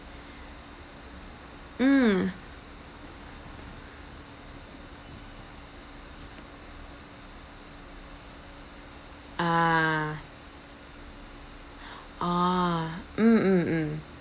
mm ah oh mm mm mm